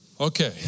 Okay